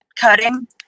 cutting